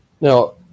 Now